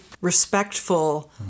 respectful